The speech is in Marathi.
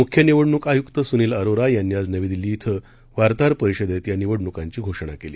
मुख्य निवडणूक आयुक्त सुनील अरोरा यांनी आज नवी दिल्ली इथं वार्ताहर परिषदेत या निवडणुकांची घोषणा केली